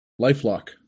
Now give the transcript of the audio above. LifeLock